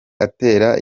atera